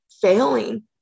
failing